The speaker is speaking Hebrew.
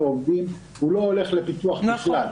הן בוודאי לא יכולות לעשות זאת בירושלים,